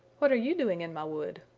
what are you doing in my wood?